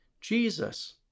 Jesus